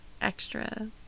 extra